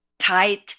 tight